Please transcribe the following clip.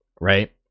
right